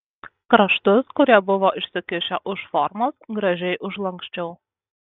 kraštus kurie buvo išsikišę už formos gražiai užlanksčiau